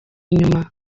nyuma